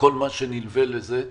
כל מה שנלווה לזה.